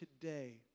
today